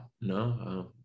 No